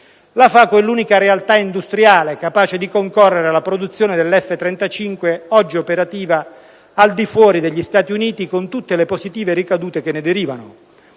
La FACO è l'unica realtà industriale capace di concorrere alla produzione dell'F-35 oggi operativa al di fuori degli Stati Uniti, con tutte le positive ricadute che ne derivano.